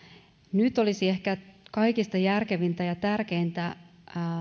nyt olisi ehkä kaikista järkevintä ja tärkeintä